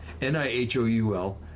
Nihoul